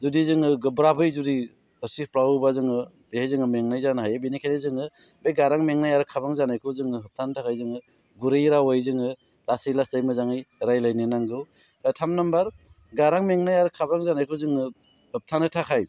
जुदि जोङो गोब्राबै जुदि हसिख्रावोबा जोङो बेहाय जोङो मेंनाय जानो हायो बेनिखायनो जोङो बे गारां मेंनाय आरो खाब्रां जानायखौ जोङो होबथानो थाखाय जोङो गुरै रावै जोङो लासै लासै मोजाङै रायज्लायनो नांगौ दा थाम नामबार गारां मेंनाय आरो खाब्रां जानायखौ जोङो होबथानो थाखाय